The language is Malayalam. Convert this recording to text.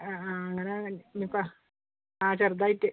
ആ ആ അങ്ങനാ ഇനിയിപ്പം ആ ചെറുതായിട്ട്